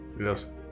Yes